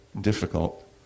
difficult